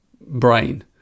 brain